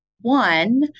One